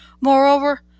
Moreover